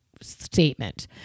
statement